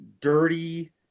dirty